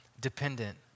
dependent